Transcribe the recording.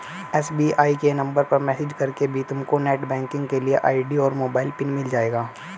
SBI के number पर message करके भी तुमको नेटबैंकिंग के लिए आई.डी और मोबाइल पिन मिल जाएगा